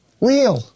real